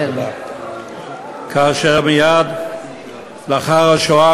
כאשר מייד לאחר השואה,